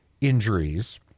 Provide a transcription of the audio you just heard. injuries